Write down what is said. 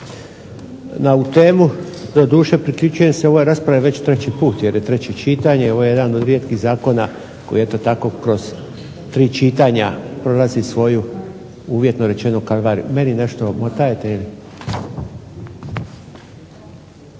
temu, doduše priključujem se ovoj raspravi već treći put jer je treće čitanje. Ovo je jedan od rijetkih zakona koji eto tako kroz tri čitanja prolazi svoju uvjetno rečeno kalvariju. I naravno, i ovaj